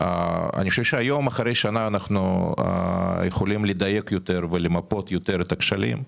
אני חושב שאחרי שנה אנחנו יכולים לדייק ולמפות יותר את הכשלים.